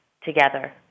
together